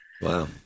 wow